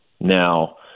Now